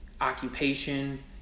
occupation